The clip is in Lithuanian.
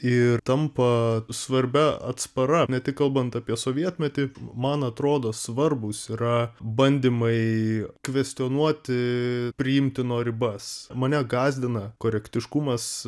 ir tampa svarbia atspara ne tik kalbant apie sovietmetį man atrodo svarbūs yra bandymai kvestionuoti priimtino ribas mane gąsdina korektiškumas